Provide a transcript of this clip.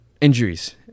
injuries